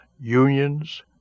unions